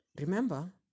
Remember